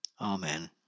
Amen